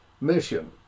mission